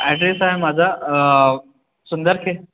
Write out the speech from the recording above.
address आहे माझा सुंदरखेड